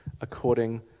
according